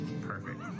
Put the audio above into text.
Perfect